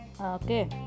okay